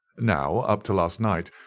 now, up to last night,